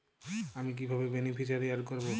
আমি কিভাবে beneficiary add করব?